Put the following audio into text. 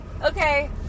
Okay